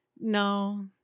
no